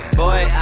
boy